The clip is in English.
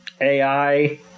AI